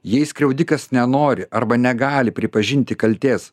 jei skriaudikas nenori arba negali pripažinti kaltės